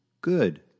good